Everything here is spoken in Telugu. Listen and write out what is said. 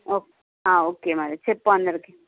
ఓకే ఓకే మరి చెప్పు అందరికి